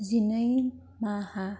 जिनै माहा